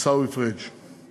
עיסאווי פריג';